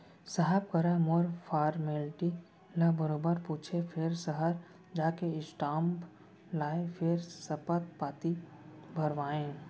साहब करा मोर फारमेल्टी ल बरोबर पूछें फेर सहर जाके स्टांप लाएँ फेर सपथ पाती भरवाएंव